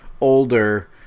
older